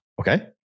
Okay